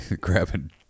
grabbing